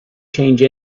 change